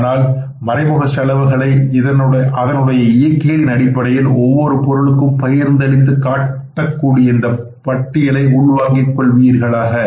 ஆனால் மறைமுக செலவுகளை அதனுடைய இயக்கிகளின் அடிப்படையில் ஒவ்வொரு பொருளுக்கும் பகிர்ந்தளித்து காட்டக்கூடிய இந்த பட்டியலை உள்வாங்கிக் கொள்வீர்களாக